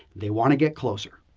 they want to get closer.